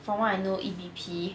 from what I know it's E_V_P